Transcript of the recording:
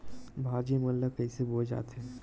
भाजी मन ला कइसे बोए जाथे?